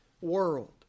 world